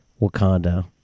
Wakanda